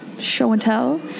show-and-tell